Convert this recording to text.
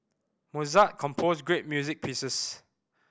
Mozart composed great music pieces